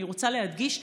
אני רוצה להדגיש,